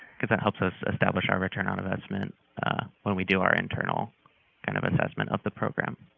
because it helps us establish our return on investment when we do our internal kind of assessment of the program.